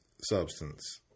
substance